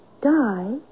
die